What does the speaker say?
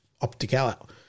Optical